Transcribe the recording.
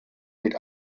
mit